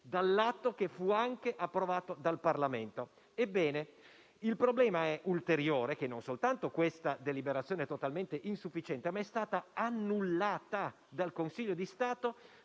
dall'atto che fu anche approvato dal Parlamento. Ebbene, il problema ulteriore è che non soltanto questa deliberazione è totalmente insufficiente, ma è stata anche annullata dal Consiglio di Stato